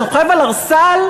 שוכב על ערסל?